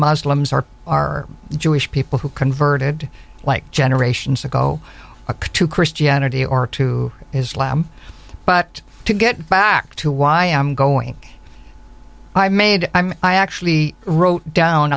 muslims are are jewish people who converted like generations ago to christianity or to islam but to get back to why i am going i made i actually wrote down